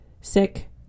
sick